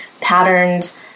patterned